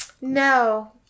No